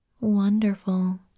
Wonderful